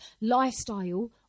lifestyle